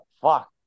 fuck